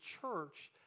church